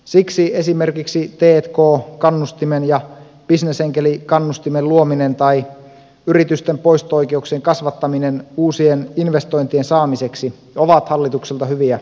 siksi esimerkiksi t k kannustimen ja bisnesenkelikannustimen luominen tai yritysten poisto oikeuksien kasvattaminen uusien investointien saamiseksi ovat hallitukselta hyviä avauksia